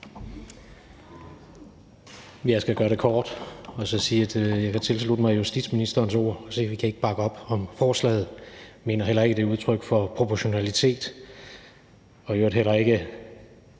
Jeg skal gøre det kort og sige, at jeg kan tilslutte mig justitsministerens ord og sige, at vi ikke kan bakke op om forslaget. Jeg mener heller ikke, at det er udtryk for proportionalitet. Det er i øvrigt heller ikke